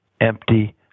empty